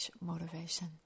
motivation